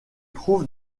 trouve